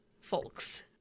folks